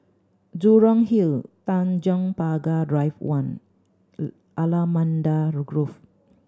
Jurong Hill Tanjong Pagar Drive One Allamanda Grove